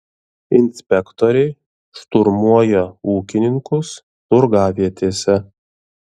inspektoriai šturmuoja ūkininkus turgavietėse